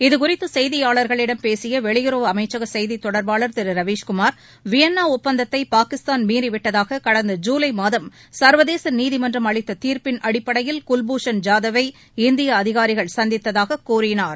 இதுகுறித்து செய்தியாளர்களிடம் பேசிய வெளியுறவு அமைச்சக செய்தித் தொடர்பாளர் திரு ரவீஸ்குமார் வியன்னா ஒப்பந்தத்தை பாகிஸ்தான் மீறிவிட்டதாக கடந்த ஜூலை மாதம் சர்வதேச நீதிமன்றம் அளித்த தீர்ப்பின் அடிப்படையில் குல்பூஷன் ஜாதவை இந்திய அதிகாரிகள் சந்தித்ததாக கூறினார்